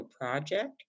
project